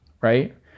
right